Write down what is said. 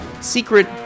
secret